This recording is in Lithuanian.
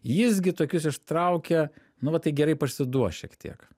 jis gi tokius ištraukia nu va tai gerai parsiduos šiek tiek